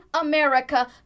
America